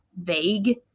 vague